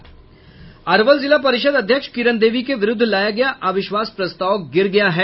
अरवल जिला परिषद् अध्यक्ष किरण देवी के विरूद्ध लाया गया अविश्वास प्रस्ताव गिर गया है